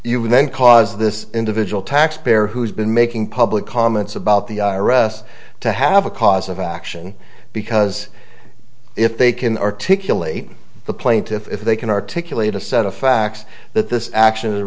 would then cause this individual taxpayer who has been making public comments about the i r s to have a cause of action because if they can articulate the plaintiffs if they can articulate a set of facts that this action is a